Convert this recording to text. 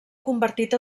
convertit